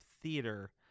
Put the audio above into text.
theater